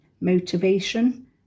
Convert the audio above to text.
motivation